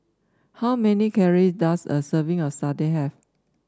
how many calories does a serving of satay have